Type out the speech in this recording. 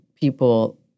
people